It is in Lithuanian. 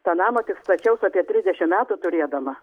tą namą tik stačiaus apie trisdešim metų turėdama